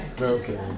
okay